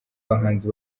bahanzi